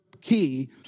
key